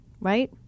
Right